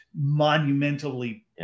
monumentally